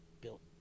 built